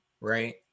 right